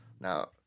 Now